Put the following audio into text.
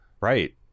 Right